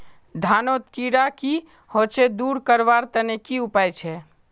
धानोत कीड़ा की होचे दूर करवार तने की उपाय छे?